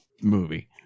movie